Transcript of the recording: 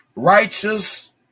Righteous